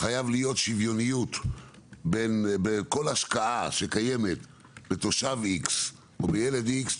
חייבת להיות שוויוניות בכל השקעה שקיימת בתושב X או בילד X,